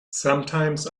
sometimes